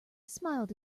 smiled